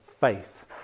faith